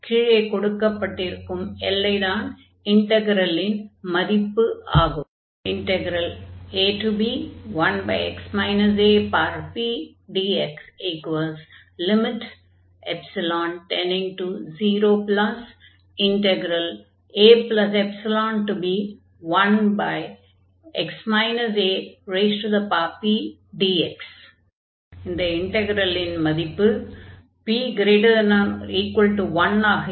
கீழே கொடுக்கப்பட்டிருக்கும் எல்லைதான் இன்டக்ரலின் மதிப்பு ஆகும்